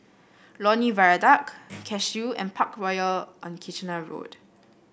Lornie Viaduct Cashew and Parkroyal on Kitchener Road